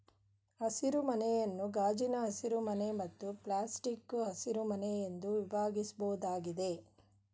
ಹಸಿರುಮನೆಯನ್ನು ಗಾಜಿನ ಹಸಿರುಮನೆ ಮತ್ತು ಪ್ಲಾಸ್ಟಿಕ್ಕು ಹಸಿರುಮನೆ ಎಂದು ವಿಭಾಗಿಸ್ಬೋದಾಗಿದೆ